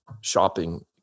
shopping